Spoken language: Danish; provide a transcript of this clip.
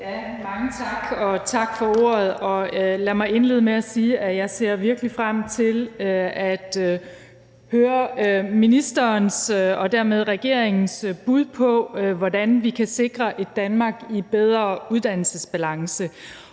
Mange tak, og tak for ordet. Lad mig indlede med at sige, at jeg virkelig ser frem til at høre ministerens og dermed regeringens bud på, hvordan vi kan sikre et Danmark i bedre uddannelsesbalance.